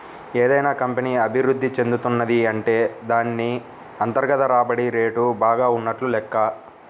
ఏదైనా కంపెనీ అభిరుద్ధి చెందుతున్నది అంటే దాన్ని అంతర్గత రాబడి రేటు బాగా ఉన్నట్లు లెక్క